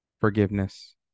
forgiveness